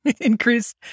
increase